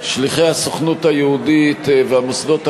שליחי הסוכנות היהודית והמוסדות הלאומיים,